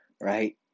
Right